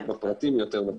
פחות בפרטים, יותר בתקצוב.